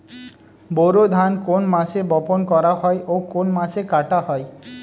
বোরো ধান কোন মাসে বপন করা হয় ও কোন মাসে কাটা হয়?